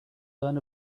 learn